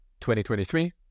2023